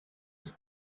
yesu